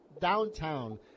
downtown